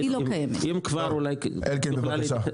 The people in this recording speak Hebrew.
אם כבר, אולי כדי להתייחס ליום ראשון.